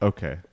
Okay